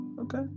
okay